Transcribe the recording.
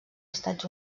estats